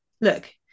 look